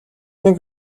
нэг